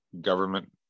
government